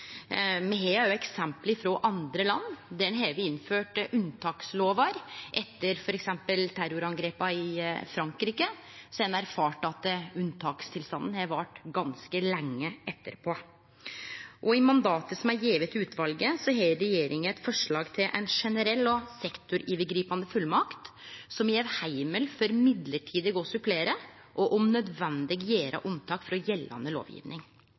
Me har eksempel frå andre land der ein har innført unntakslovar. Etter f.eks. terrorangrepa i Frankrike har ein erfart at unntakstilstanden har vart ganske lenge etterpå. Og i mandatet som er gjeve til utvalet, har regjeringa eit forslag til ei generell og sektorovergripande fullmakt som gjev heimel for førebels å supplere og om nødvendig gjere unntak frå gjeldande